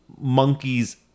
Monkeys